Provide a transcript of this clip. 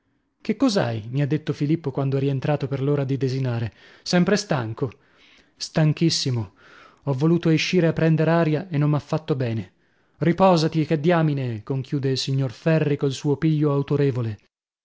occhi che cos'hai mi ha detto filippo quando è rientrato per l'ora di desinare sempre stanco stanchissimo ho voluto escire a prender aria e non m'ha fatto bene ripòsati che diamine conchiude il signor ferri col suo piglio autorevole